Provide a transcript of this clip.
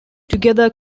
together